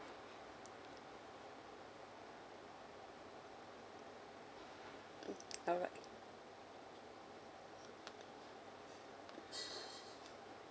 mm alright